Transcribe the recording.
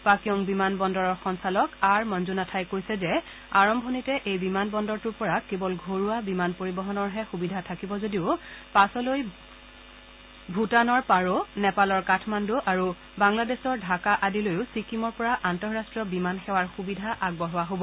পাকয়ং বিমান বিমান বন্দৰৰ সঞ্চালক আৰ মঞ্জনাথাই কৈছে যে আৰম্ভণিতে বিমান বন্দৰটোৰ পৰা কেৱল ঘৰুৱা বিমান পৰিবহণৰেহ সুবিধা থাকিব যদিও পাছৈল ভূপানৰ পাৰো নেপালৰ কাঠমাণ্ড আৰু বাংলাদেশৰ ঢাকা আদিলৈ ছিকিমৰ পৰা আন্তঃৰাষ্ট্ৰীয় বিমান সেৱাৰ সুবিধা আগবঢ়োৱা হ'ব